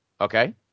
Okay